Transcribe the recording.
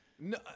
No